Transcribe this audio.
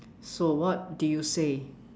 so what do you say